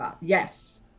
Yes